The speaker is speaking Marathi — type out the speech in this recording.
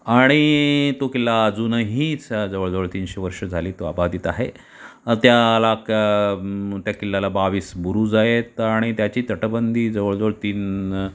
आणि तो किल्ला अजूनही जवळजवळ तीनशे वर्ष झाली तो अबाधित आहे त्याला क त्या किल्ल्याला बावीस बुरूज आहेत आणि त्याची तटबंदी जवळजवळ तीन